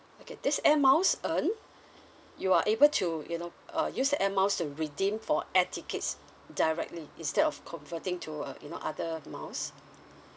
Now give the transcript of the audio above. okay these air miles earned you are able to you know uh use the air miles to redeem for air tickets directly instead of converting to uh you know other miles